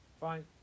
fine